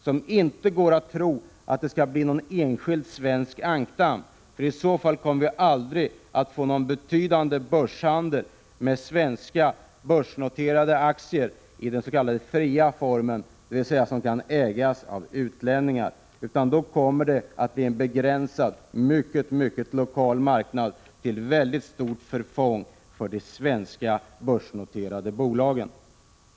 Det går inte att tro att det skall bli någon enskild svensk ankdamm -— för i så fall kommer vi aldrig att få någon betydande börshandel med svenska börsnoterade aktier i den s.k. fria formen, dvs. aktier som kan ägas av utlänningar. Då kommer det att bli en begränsad, mycket lokal marknad, till stort förfång för de svenska börsnoterade bolagen.